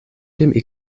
dem